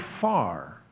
far